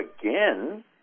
again